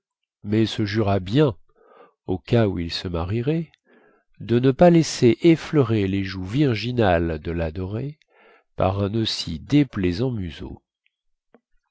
mais se jura bien au cas où il se marierait de ne pas laisser effleurer les joues virginales de ladorée par un aussi déplaisant museau